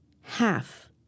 half